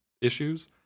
issues